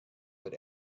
but